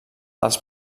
als